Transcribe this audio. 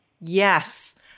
Yes